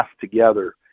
together